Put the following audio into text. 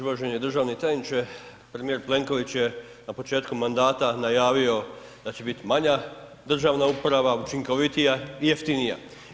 Uvaženi državni tajniče, premijer Plenković je na početku mandata najavio da će bit manja državna uprava, učinkovitija i jeftinija.